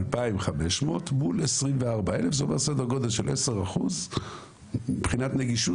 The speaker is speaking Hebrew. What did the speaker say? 2,500 מול 24,000. זה אומר סדר גודל של 10% מבחינת נגישות.